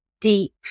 deep